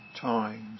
times